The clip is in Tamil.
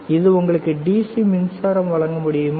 இது உங்களுக்கு டிசி மின்சாரம் வழங்க முடியுமா